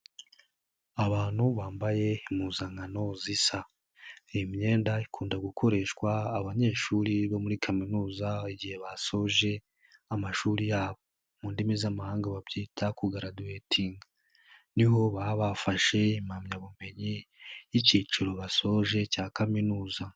Abantu bambaye impuzankano zisa, iyi myenda ikunda gukoreshwa abanyeshuri bo muri kaminuza igihe basoje amashuri yabo, mu ndimi z'amahanga babyita kugaraduwetinga ni ho baba bafashe impamyabumenyi y'icyiciro basoje cya kaminuza.